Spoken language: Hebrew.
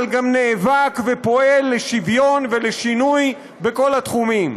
אבל גם נאבק ופועל לשוויון ולשינוי בכל התחומים.